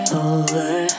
over